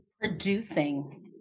Producing